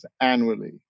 annually